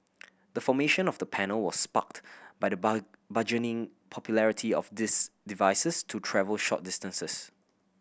the formation of the panel was sparked by the bar burgeoning popularity of these devices to travel short distances